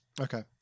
Okay